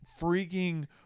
freaking